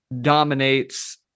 dominates